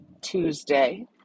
Tuesday